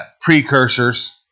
Precursors